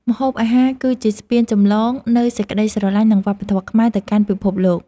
ម្ហូបអាហារគឺជាស្ពានចម្លងនូវសេចក្តីស្រឡាញ់ និងវប្បធម៌ខ្មែរទៅកាន់ពិភពលោក។